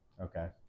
Okay